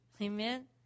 Amen